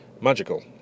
magical